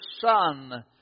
son